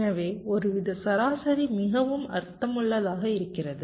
எனவே ஒருவித சராசரி மிகவும் அர்த்தமுள்ளதாக இருக்கிறது